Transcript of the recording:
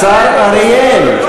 השר אריאל.